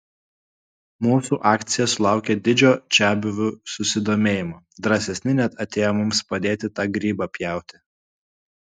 mūsų akcija sulaukė didžio čiabuvių susidomėjimo drąsesni net atėjo mums padėti tą grybą pjauti